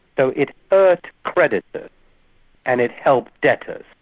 so it hurt creditors and it helped debtors,